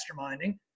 masterminding